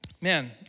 man